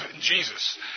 Jesus